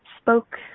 spoke